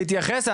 תתייחס,